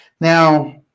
Now